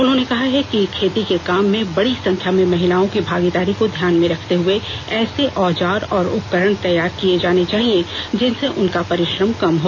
उन्होंने कहा है कि खेती के काम में बड़ी संख्या में महिलाओं की भागीदारी को ध्यान में रखते हुए ऐसे औजार और उपकरण तैयार किये जाने चाहिए जिनसे उनका परिश्रम कम हो